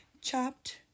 chopped